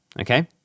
Okay